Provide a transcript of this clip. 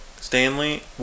Stanley